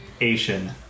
Asian